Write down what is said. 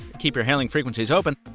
keep your hailing frequencies open,